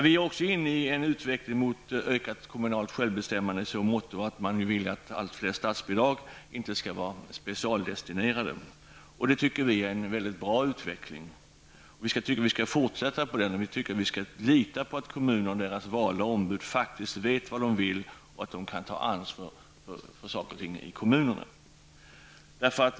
Vi är nu inne i en utveckling mot ökat kommunalt självbestämmande i så måtto att man vill att allt färre statsbidrag skall vara specialdestinerade. Det tycker vi är en väldigt bra utveckling. Vi skall fortsätta på den vägen och vi skall lita på att kommunerna och deras valda ombud faktiskt vet vad de vill och att de kan ta ansvar för saker och ting i kommunerna.